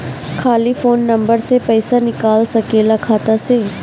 खाली phone number से पईसा निकल सकेला खाता से?